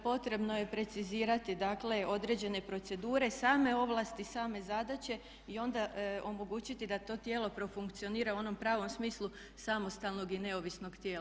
Potrebno je precizirati dakle određene procedure, same ovlasti, same zadaće i onda omogućiti da to tijelo profunkcionira u onom pravom smislu samostalnog i neovisnog tijela.